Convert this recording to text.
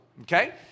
okay